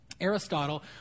aristotle